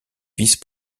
vice